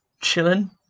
chilling